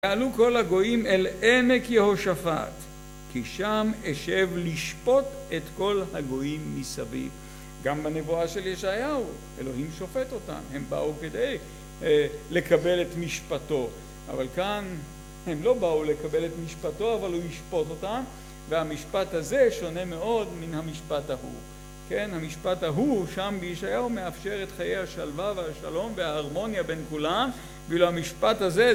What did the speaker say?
ויעלו כל הגויים אל עמק יהושפט, כי שם אשב לשפוט את כל הגויים מסביב. גם בנבואה של ישעיהו אלוהים שופט אותם, הם באו כדי לקבל את משפטו, אבל כאן הם לא באו לקבל את משפטו אבל הוא ישפוט אותם, והמשפט הזה שונה מאוד מן המשפט ההוא. כן, המשפט ההוא שם בישעיהו מאפשר את חיי השלווה והשלום וההרמוניה בין כולם, ואילו המשפט הזה